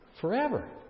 forever